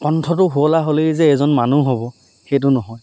কণ্ঠটো শুৱলা হ'লেই যে এজন মানুহ হ'ব সেইটো নহয়